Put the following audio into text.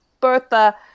Bertha